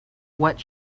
what